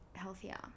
healthier